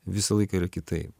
visą laiką yra kitaip